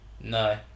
No